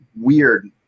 weird